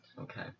Okay